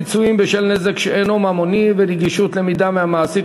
פיצויים בשל נזק שאינו ממוני ונגישות למידע מהמעסיק),